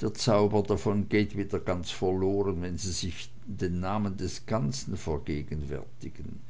der zauber davon geht wieder verloren wenn sie sich den namen des ganzen vergegenwärtigen